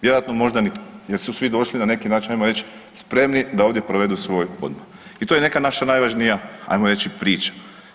Vjerojatno možda nitko jer su svi došli na neki način ajmo reći spremni da ovdje provedu svoj odmor i to je neka naša najvažnija ajmo reći priča.